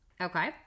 okay